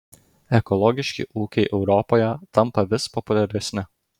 ekologiški ūkiai europoje tampa vis populiaresni